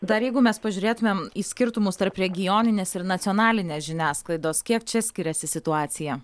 dar jeigu mes pažiūrėtumėm į skirtumus tarp regioninės ir nacionalinės žiniasklaidos kiek čia skiriasi situacija